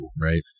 Right